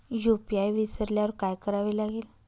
UPI विसरल्यावर काय करावे लागेल?